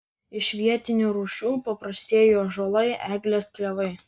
iš vietinių rūšių paprastieji ąžuolai eglės klevai